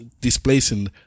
displacing